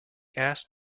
asked